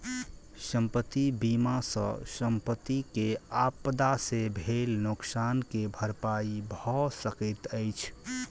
संपत्ति बीमा सॅ संपत्ति के आपदा से भेल नोकसान के भरपाई भअ सकैत अछि